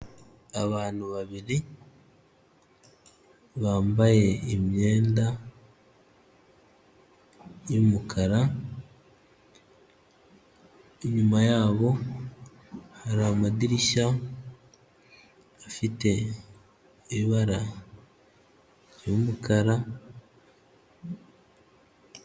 Abantu babiri bambaye imyenda y'umukara, inyuma yabo hari amadirishya afite ibara ry'umukara.